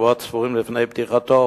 שבועות ספורים לפני פתיחתו,